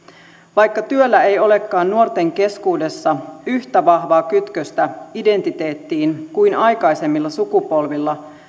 vaikka työllä ei olekaan nuorten keskuudessa yhtä vahvaa kytköstä identiteettiin kuin aikaisemmilla sukupolvilla